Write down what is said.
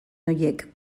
horiek